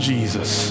Jesus